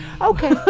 Okay